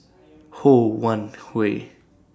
Ho Wan Hui